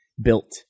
built